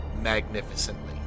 magnificently